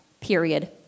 period